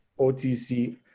OTC